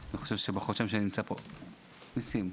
ניסים,